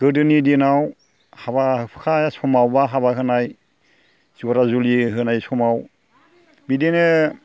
गोदोनि दिनाव हाबा हुखा समाव एबा हाबा होनाय जरा जुलि होनाय समाव बिदिनो